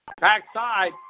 Backside